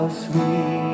sweet